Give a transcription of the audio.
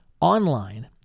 online